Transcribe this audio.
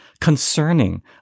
concerning